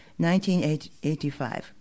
1985